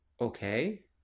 okay